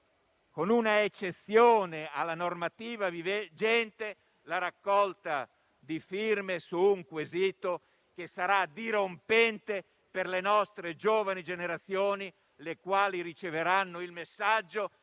con un'eccezione alla normativa vigente) la raccolta di firme su un quesito che sarà dirompente per le nostre giovani generazioni, le quali riceveranno il messaggio